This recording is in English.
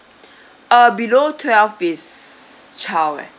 uh below twelve is child eh